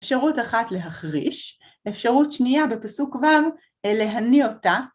אפשרות אחת להחריש, אפשרות שנייה בפסוק ו' להניע אותה.